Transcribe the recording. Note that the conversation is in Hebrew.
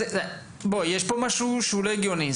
יש פה משהו שהוא לא הגיוני.